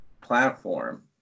platform